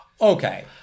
Okay